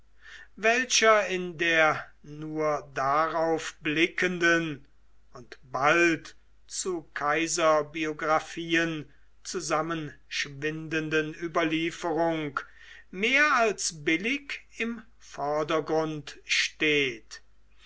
welcher in der nur darauf blickenden und bald zu kaiserbiographien zusammenschwindenden überlieferung mehr als billig im vordergrunde steht